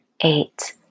eight